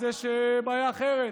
אז יש בעיה אחרת.